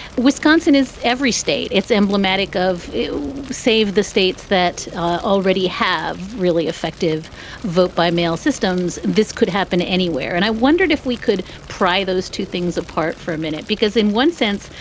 wisconsin is every state it's emblematic of. save the states that already have really effective vote by mail systems. this could happen anywhere. and i wondered if we could pry those two things apart for a minute, because in one sense,